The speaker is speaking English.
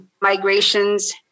migrations